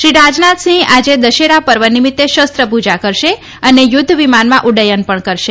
શ્રી રાજનાથસિંહ આજે દશેરા પર્વ નિમિત્તે શસ્ત્રપુજા કરશે અને યુધ્ધ વિમાનમાં ઉડૃથન પણ કરશે